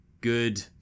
good